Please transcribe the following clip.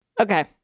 Okay